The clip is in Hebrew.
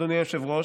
אדוני היושב-ראש,